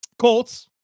Colts